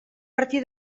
martí